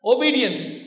Obedience